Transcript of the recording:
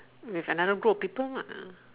with another group of people lah